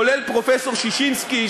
כולל פרופסור ששינסקי,